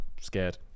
scared